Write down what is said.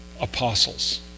apostles